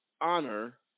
honor